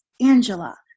Angela